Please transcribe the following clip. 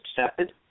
accepted